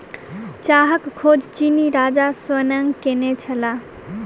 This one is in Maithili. चाहक खोज चीनी राजा शेन्नॉन्ग केने छलाह